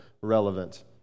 relevant